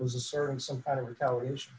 was a certain some kind of retaliation